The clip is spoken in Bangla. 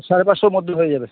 সাড়ে পাঁচশোর মধ্যে হয়ে যাবে